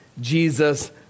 Jesus